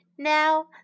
Now